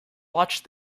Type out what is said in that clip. watch